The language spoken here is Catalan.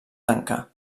tancar